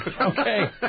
Okay